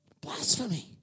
Blasphemy